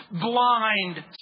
blind